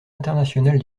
international